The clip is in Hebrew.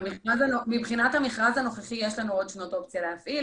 מבחינת המכרז הנוכחי יש לנו עוד שנות אופציה להפעיל.